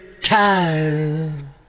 Time